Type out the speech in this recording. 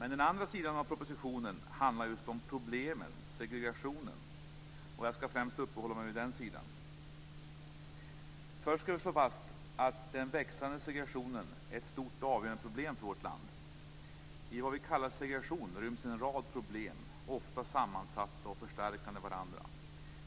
Å andra sidan handlar propositionen också om problemen, segregationen, och jag skall främst uppehålla mig vid den sidan. Först skall vi slå fast att den växande segregationen är ett stort och avgörande problem för vårt land. I vad vi kallar segregation ryms en rad problem, ofta sammansatta och förstärkande varandra.